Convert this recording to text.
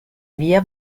via